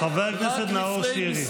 חבר הכנסת נאור שירי,